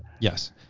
Yes